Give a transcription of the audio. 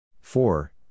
four